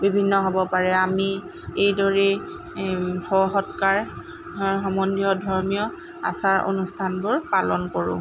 বিভিন্ন হ'ব পাৰে আমি এইদৰেই শৱ সৎকাৰ সমন্ধীয় ধৰ্মীয় আচাৰ অনুষ্ঠানবোৰ পালন কৰোঁ